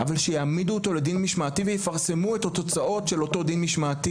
אבל שיעמידו אותו לדין משמעתי ויפרסמו את התוצאות של אותו דין משמעתי.